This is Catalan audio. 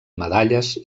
medalles